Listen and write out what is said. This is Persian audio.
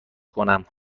کنم